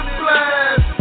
blast